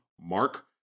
Mark